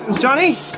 Johnny